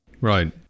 Right